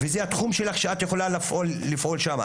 וזה התחום שלך שאת יכולה לפעול שם.